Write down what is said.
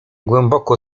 głęboko